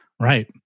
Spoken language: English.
Right